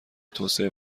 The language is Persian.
توسعه